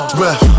ref